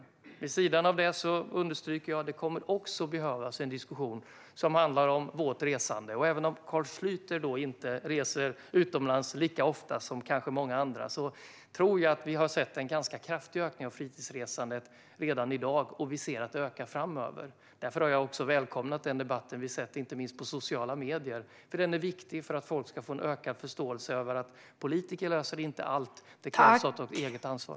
Vid sidan av detta understryker jag att det också kommer att behövas en diskussion om vårt resande. Även om Carl Schlyter inte reser utomlands lika ofta som många andra tror jag ändå att vi har sett en ganska kraftig ökning av fritidsresandet redan i dag. Vi ser att det ökar framöver. Därför har jag också välkomnat den debatt vi sett inte minst på sociala medier, för den är viktig för att folk ska få en ökad förståelse: Politiker löser inte allt, utan det krävs också ett eget ansvar.